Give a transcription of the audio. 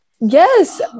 Yes